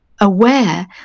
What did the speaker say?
aware